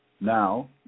Now